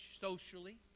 socially